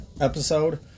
episode